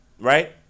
Right